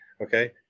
okay